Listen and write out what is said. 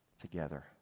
together